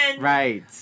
Right